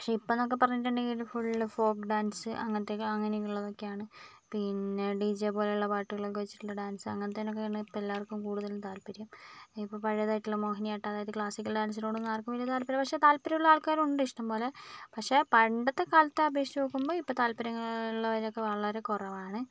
പക്ഷേ ഇപ്പോൾ നമുക്ക് പറഞ്ഞിട്ടുണ്ടെങ്കിൽ ഇത് ഫുള്ള് ഫോക്ക് ഡാൻസ് അങ്ങനത്തെ അങ്ങനെയുള്ളതൊക്കെയാണ് പിന്നെ ഡി ജെ പോലുള്ള പാട്ടുകളൊക്കെ വെച്ചിട്ടുള്ള ഡാൻസ് അങ്ങനെത്തോനൊക്കയാണ് ഇപ്പോൾ എല്ലാവർക്കും കൂടുതലും താൽപര്യം ഇപ്പോൾ പഴയതായിട്ടുള്ള മോഹിനിയാട്ടം അതായത് ക്ലാസ്സിക്കൽ ഡാൻസിനോടൊന്നും ആർക്കും വലിയ താൽപര്യമില്ല പക്ഷേ താൽപര്യമുള്ള ആൾക്കാരും ഉണ്ട് ഇഷ്ടംപോലെ പക്ഷേ പണ്ടത്തെ കാലത്തെ അപേക്ഷിച്ച് നോക്കുമ്പോൾ ഇപ്പോൾ താൽപര്യങ്ങളുള്ളവരൊക്കെ വളരെ കുറവാണ്